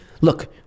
look